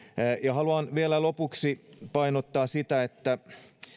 haluan vielä lopuksi painottaa sitä että